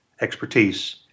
expertise